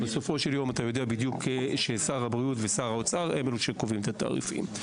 אתה יודע ששר הבריאות ושר האוצר הם אלה שקובעים את התעריפים.